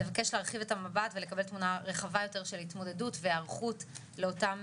נבקש להרחיב את המבט ולקבל תמונה רחבה יותר של התמודדות והיערכות לאותן